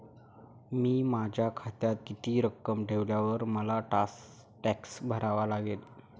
मी माझ्या खात्यात किती रक्कम ठेवल्यावर मला टॅक्स भरावा लागेल?